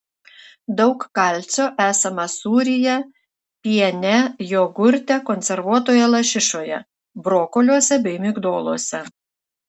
daug kalcio esama sūryje piene jogurte konservuotoje lašišoje brokoliuose bei migdoluose